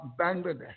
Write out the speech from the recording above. Bangladesh